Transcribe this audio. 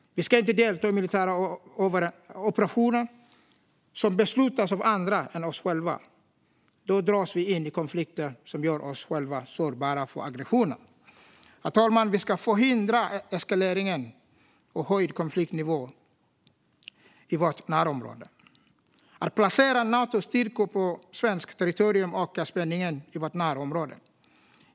Vi ska inte delta i militära operationer som beslutas av andra än oss själva. Då dras vi in i konflikter som gör oss själva sårbara för aggressioner. Herr talman! Vi ska förhindra eskalering och höjd konfliktnivå i vårt närområde. Att placera Natostyrkor på svenskt territorium ökar spänningen i vårt närområde.